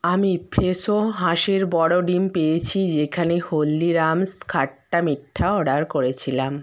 আমি ফ্রেশো হাঁসের বড়ো ডিম পেয়েছি যেখানে হলদিরামস খাট্টা মিঠা অর্ডার করেছিলাম